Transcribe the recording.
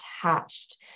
attached